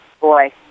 boy